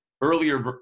earlier